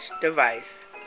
device